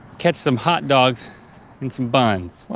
catch some hot dogs in some buns.